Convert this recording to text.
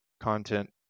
content